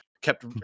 kept